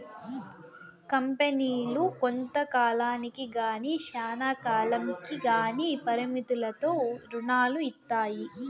కంపెనీలు కొంత కాలానికి గానీ శ్యానా కాలంకి గానీ పరిమితులతో రుణాలు ఇత్తాయి